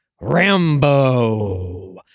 Rambo